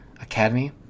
Academy